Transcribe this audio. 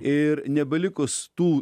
ir nebelikus tų